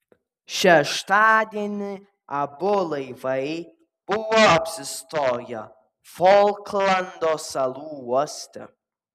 šeštadienį abu laivai buvo apsistoję folklando salų uoste